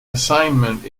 assignment